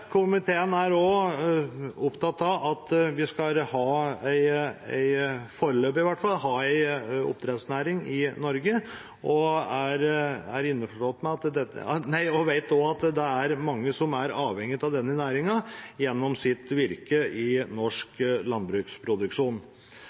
Komiteen er også opptatt av at vi skal ha – foreløpig i hvert fall – en oppdrettsnæring i Norge og vet også at det er mange som er avhengig av denne næringen gjennom sitt virke i norsk landbruksproduksjon.